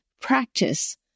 practice